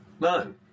None